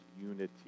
unity